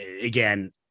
again